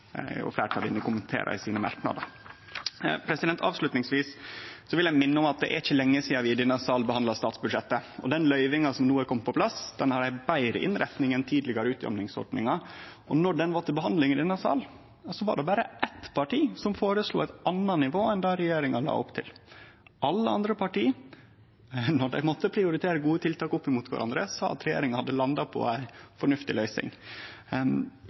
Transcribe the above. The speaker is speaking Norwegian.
så lenge sidan vi i denne salen behandla statsbudsjettet. Den løyvinga som no er komen på plass, har ei betre innretning enn tidlegare utjamningsordningar, og då dette var til behandling i denne salen, var det berre eitt parti som føreslo eit anna nivå enn det regjeringa la opp til. Alle andre parti, når dei måtte prioritere gode tiltak opp mot kvarandre, sa at regjeringa hadde landa på ei fornuftig løysing.